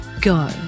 go